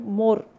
more